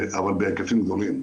אבל בהיקפים גדולים.